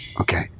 Okay